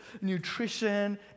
nutrition